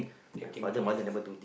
can think twice lah